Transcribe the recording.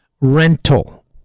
rental